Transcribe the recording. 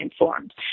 informed